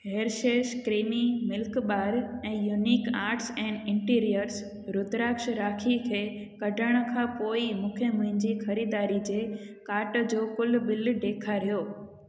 Hershey's creamy milk bar ऐं unique arts and interiors rudraksha rakhi खे कढण खां पोइ मूंखे मुंहिंजी ख़रीदारी जे कार्ट जो कुलु बिल ॾेखारियो